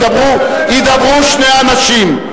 ידברו שני אנשים,